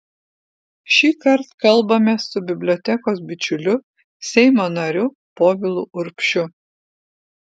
šįkart kalbamės su bibliotekos bičiuliu seimo nariu povilu urbšiu